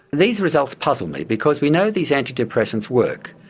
these results puzzle me, because we know these antidepressants work.